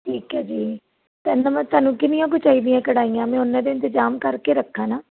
ਠੀਕ ਹੈ ਜੀ ਤੁਹਾਨੂੰ ਕਿੰਨੀਆਂ ਕੁ ਚਾਹੀਦੀਆਂ ਕੜਾਹੀਆਂ ਮੈਂ ਉੰਨੇ ਦਾ ਇੰਤਜਾਮ ਕਰਕੇ ਰੱਖਾਂ ਨਾ